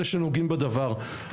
אלה שנוגעים בדבר,